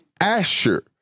Asher